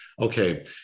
Okay